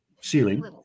ceiling